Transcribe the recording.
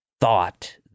thought